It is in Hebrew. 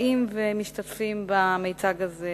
באים ומשתתפים במיצג הזה,